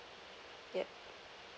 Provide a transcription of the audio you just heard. yup